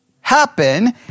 happen